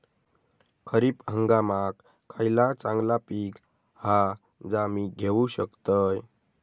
खरीप हंगामाक खयला चांगला पीक हा जा मी घेऊ शकतय?